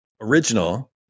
original